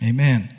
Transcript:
Amen